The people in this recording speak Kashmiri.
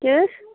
کیٛاہ حظ